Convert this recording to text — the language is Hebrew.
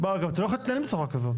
אתה לא יכול להתנהל בצורה כזאת.